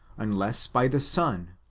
unless by the son,